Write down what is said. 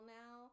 now